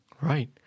Right